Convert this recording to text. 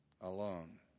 alone